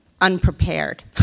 unprepared